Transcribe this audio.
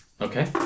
Okay